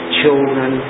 children